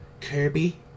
Kirby